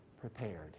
prepared